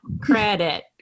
credit